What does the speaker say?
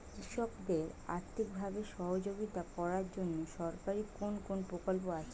কৃষকদের আর্থিকভাবে সহযোগিতা করার জন্য সরকারি কোন কোন প্রকল্প আছে?